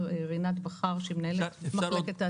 רינת בכר שהיא מנהלת את מחלקת התמרוקים.